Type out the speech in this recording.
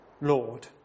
Lord